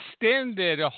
extended